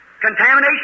Contamination